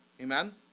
Amen